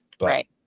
Right